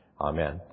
Amen